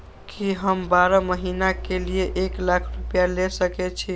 की हम बारह महीना के लिए एक लाख रूपया ले सके छी?